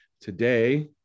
Today